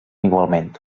igualment